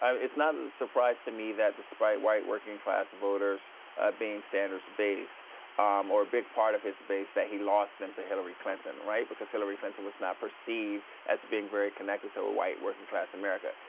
um is not a surprise to me that despite white working-class voters being sanders' base or big part of his base that he lost them to hillary clinton right because hillary clinton was not perceived as being very connected to so white working-class america.